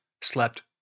slept